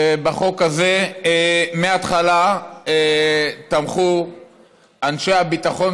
בחוק הזה מההתחלה תמכו אנשי הביטחון